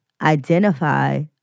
identify